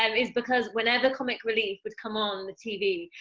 um is because whenever comic relief would come on tv,